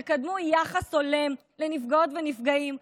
תקדמו יחס הולם לנפגעות ולנפגעים.